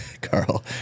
Carl